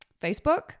Facebook